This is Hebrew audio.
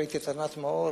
ראיתי את ענת מאור,